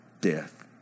death